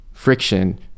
friction